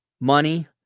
money